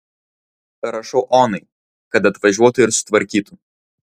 rašau onai kad atvažiuotų ir sutvarkytų